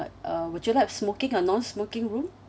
uh would you like smoking or non-smoking room